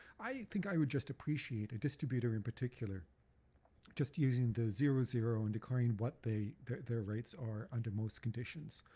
i think i would just appreciate a distributor in particular just using the zero zero and declaring what their their rights are under most conditions.